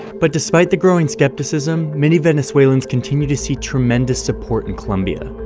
but despite the growing skepticism, many venezuelans continue to see tremendous support in colombia,